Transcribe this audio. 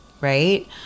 right